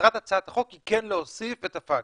מטרת הצעת החוק היא כן להוסיף את הפקס.